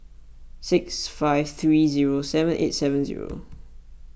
six five three zero seven eight seven zero